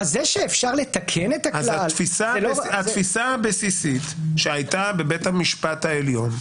זה שאפשר לתקן את הכלל --- התפיסה הבסיסית שהייתה בבית המשפט העליון,